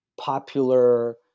popular